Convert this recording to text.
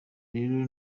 rero